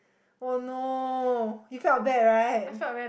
oh no he felt bad right